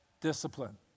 discipline